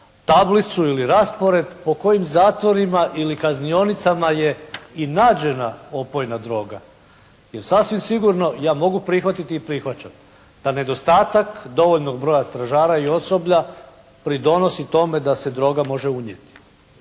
tablicu ili raspored po kojim zatvorima ili kaznionicama je i nađena opojna droga. Jer sasvim sigurno ja mogu prihvatiti i prihvaćam da nedostatak dovoljnog broja stražara i osoblja pridonosi tome da se droga može unijeti.